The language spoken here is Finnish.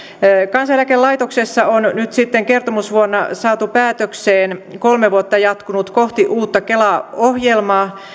kansaneläkelaitoksessa on nyt sitten kertomusvuonna saatu päätökseen kolme vuotta jatkunut kohti uutta kelaa ohjelma